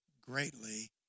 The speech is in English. greatly